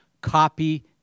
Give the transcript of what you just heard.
copy